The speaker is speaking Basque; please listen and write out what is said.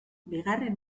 bigarren